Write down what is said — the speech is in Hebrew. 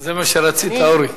זה מה שרצית, אורי?